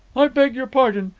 i beg your pardon.